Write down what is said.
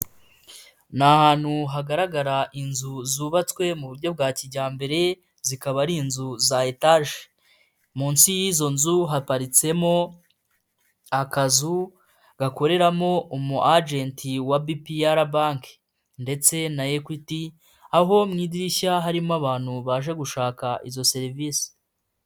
Ni ahantu hagaragara inzu zubatswe mu buryo bwa kijyambere, zikaba ari inzu za etage. Munsi y'izo nzu haparitsemo akazu gakoreramo umu agenti wa bpr banki ndetse na Equity, aho mu idirishya harimo abantu baje gushaka izo serivisi.